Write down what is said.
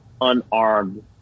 unarmed